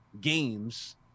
games